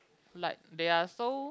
like they are so